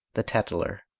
the tattler.